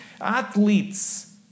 athletes